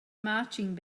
marching